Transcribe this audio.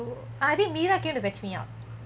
ah I think meera came to fetch me up